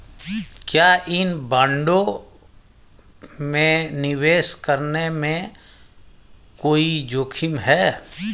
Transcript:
क्या इन बॉन्डों में निवेश करने में कोई जोखिम है?